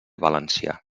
valencià